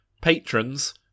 patrons